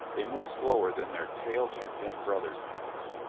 they moved slower than their tailed and finned brothers, i noticed.